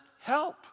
help